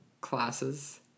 classes